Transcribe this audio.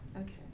okay